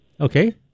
Okay